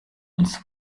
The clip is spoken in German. uns